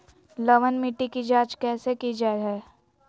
लवन मिट्टी की जच कैसे की जय है?